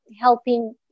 helping